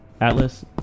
Atlas